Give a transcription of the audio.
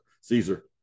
Caesar